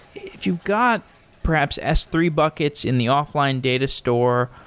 if you've got perhaps s three buckets in the offline data store,